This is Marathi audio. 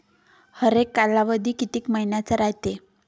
हरेक कालावधी किती मइन्याचा रायते?